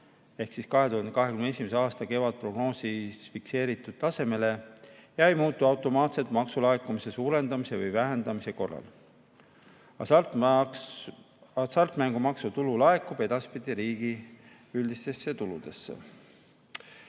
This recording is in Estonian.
ehk 2021. aasta kevadprognoosis fikseeritud tasemele ja ei muutu automaatselt maksulaekumise suurenemise või vähenemise korral. Hasartmängumaksu tulu laekub edaspidi riigi üldistesse tuludesse.